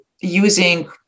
using